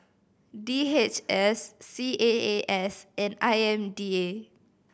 D H S C A A S and I M D A